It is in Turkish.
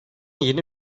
yeni